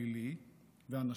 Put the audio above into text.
פלילי ואנשיו.